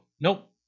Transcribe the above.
nope